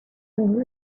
will